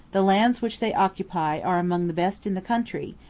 the lands which they occupy are among the best in the country,